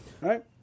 right